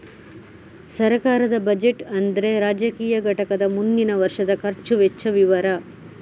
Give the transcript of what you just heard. ಸರ್ಕಾರದ ಬಜೆಟ್ ಅಂದ್ರೆ ರಾಜಕೀಯ ಘಟಕದ ಮುಂದಿನ ವರ್ಷದ ಖರ್ಚು ವೆಚ್ಚ ವಿವರ